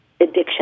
addiction